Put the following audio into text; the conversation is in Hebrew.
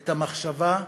את המחשבה,